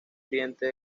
oriente